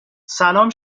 سلام